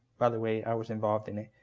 by the way, i was involved in it,